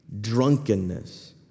drunkenness